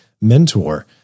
mentor